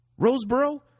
Roseboro